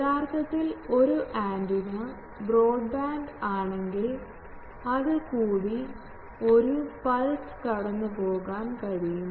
യഥാർത്ഥത്തിൽ ഒരു antenna broadband ആണെങ്കിൽ അതിൽ കൂടി ഒരു പൾസ് കടന്നുപോകാൻ കഴിയും